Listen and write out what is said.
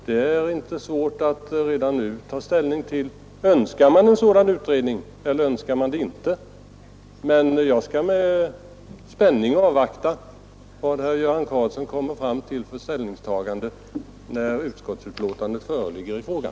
Det är inte svårt att redan nu ta ställning till om man önskar eller inte önskar en sådan utredning. Jag avvaktar alltså med spänning herr Göran Karlssons ställningstagande när utskottsbetänkandet föreligger i frågan.